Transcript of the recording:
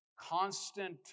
constant